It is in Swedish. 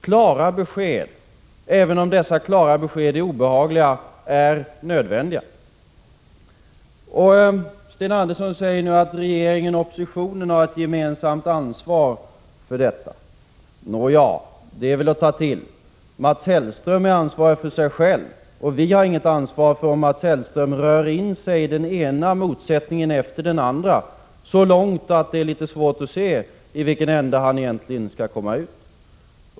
Klara besked, även om dessa klara besked är obehagliga, är nödvändiga. Sten Andersson säger nu att regeringen och oppositionen har ett gemensamt ansvar för detta. Nåja, det är väl att ta till. Mats Hellström är ansvarig för sig själv, och vi har inget ansvar för om Mats Hellström rör in sig i den ena motsättningen efter den andra, så långt att det är litet svårt att se i vilken ände han egentligen skall komma ut.